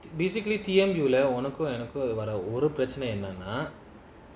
basically T_M உனக்கும்எனக்கும்வேறஒருபிரச்னையும்இல்லமா:unakum enakum vera oru prachanayum ilama